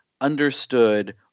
understood